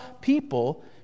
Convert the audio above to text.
people